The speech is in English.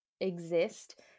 exist